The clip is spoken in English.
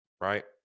Right